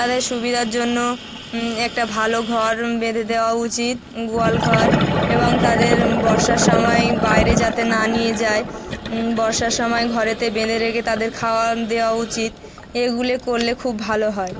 তাদের সুবিধার জন্য একটা ভালো ঘর বেঁধে দেওয়া উচিত গোয়ালঘর এবং তাদের বর্ষার সময় বাইরে যাতে না নিয়ে যায় বর্ষার সময় ঘরেতে বেঁধে রেখে তাদের খাওয়ার দেওয়া উচিত এগুলি করলে খুব ভালো হয়